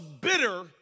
bitter